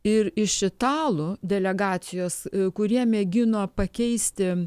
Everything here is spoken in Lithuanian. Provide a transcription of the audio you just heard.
ir iš italų delegacijos kurie mėgino pakeisti